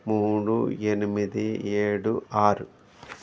మూడు ఎనిమిది ఏడు ఆరు